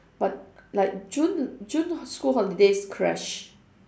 but like june june school holidays crash